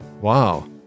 Wow